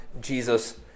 Jesus